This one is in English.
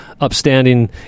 upstanding